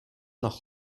nach